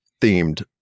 themed